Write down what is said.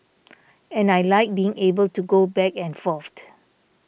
and I like being able to go back and forth